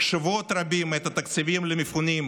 שבועות רבים את התקציבים למפונים,